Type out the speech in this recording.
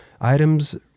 items